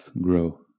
grow